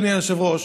אדוני היושב-ראש,